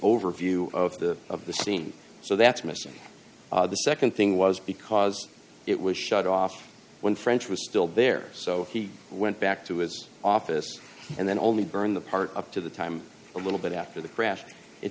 overview of the of the scene so that's missing the nd thing was because it was shut off when french was still there so he went back to his office and then only burn the part up to the time a little bit after the crash it